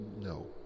No